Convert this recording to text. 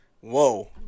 whoa